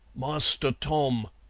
master tom,